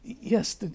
Yes